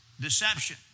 Deception